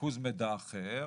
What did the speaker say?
וריכוז מידע אחר.